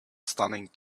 stunning